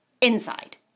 inside